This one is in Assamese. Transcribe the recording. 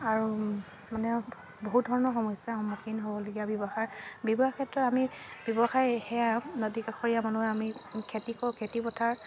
আৰু মানে বহু ধৰণৰ সমস্যাৰ সন্মুখীন হ'বলগীয়া ব্যৱসায় ব্যৱসায়ৰ ক্ষেত্ৰত আমি ব্যৱসায় সেয়া নদীকাষৰীয়া মানুহে আমি খেতি কৰোঁ খেতি পথাৰ